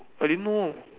I didn't know